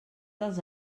dels